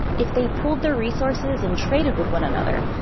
if they pooled their resources and traded with one another,